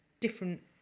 different